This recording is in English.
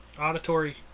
auditory